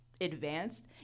advanced